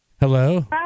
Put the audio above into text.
Hello